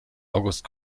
august